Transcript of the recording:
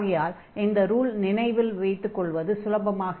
ஆகையால் இந்த ருல் நினைவில் வைத்துக் கொள்வது சுலபமாக இருக்கும்